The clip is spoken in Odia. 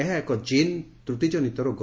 ଏହା ଏକ ଜିନ୍ ତ୍ରଟିକନିତ ରୋଗ